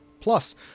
Plus